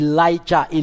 Elijah